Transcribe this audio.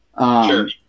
Sure